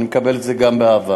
אני מקבל את זה גם באהבה.